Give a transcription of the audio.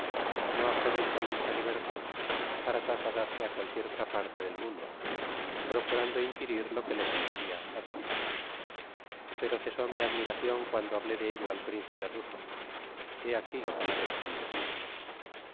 no aprovechan dw cha libertad para trasladarse á cualquiera otra parte del mundo procurando inquirir lo que les impedia hacerlo pero cesó mi admiracion cuando hablé de ello al principe ruso hé aquí lo que me respondió